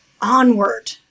onward